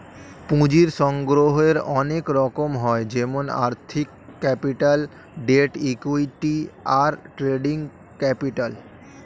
পুঁজির সংগ্রহের অনেক রকম হয় যেমন আর্থিক ক্যাপিটাল, ডেট, ইক্যুইটি, আর ট্রেডিং ক্যাপিটাল